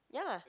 ya